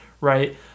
right